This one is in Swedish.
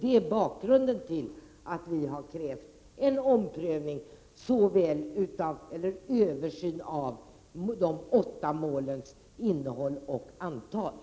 Det är bakgrunden till att vi har krävt en omprövning eller översyn av de åtta målens antal och innehåll.